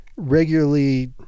Regularly